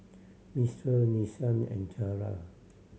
Mistral Nissan and Zara